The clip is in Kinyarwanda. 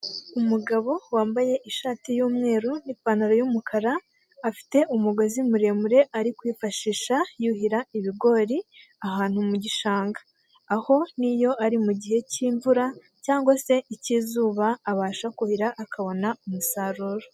Umugabo wambaye ishati y'umweru n'ipantaro y'umukara afite umugozi muremure ari kwifashisha yuhira ibigori ahantu mu gishanga, aho niyo ari mu gihe cy'imvura cyangwa se icy'izuba abasha kuhira akabona umusaruro.